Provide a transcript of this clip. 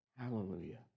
Hallelujah